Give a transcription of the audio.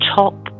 top